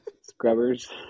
scrubbers